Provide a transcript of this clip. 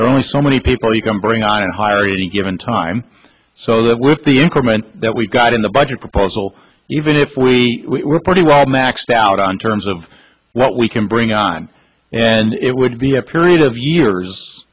are only so many people you can bring on and hire any given time so that with the increment that we've got in the budget proposal even if we were pretty well maxed out on terms of what we can bring on and it would be a period of years